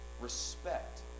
respect